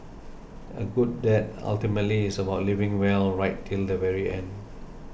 a good death ultimately is about living well right till the very end